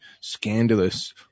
scandalous